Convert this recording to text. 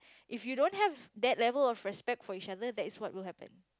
if you don't have that level of respect for each other that is what will happen